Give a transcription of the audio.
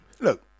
Look